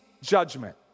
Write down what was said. Judgment